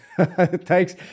Thanks